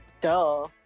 Duh